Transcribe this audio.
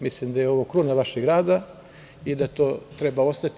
Mislim da je ovo kruna vašeg rada i da to treba ostati.